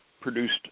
produced